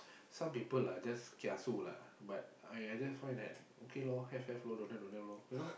some people lah just kiasu lah but I I just find that okay lor have have lor don't have don't have lor you know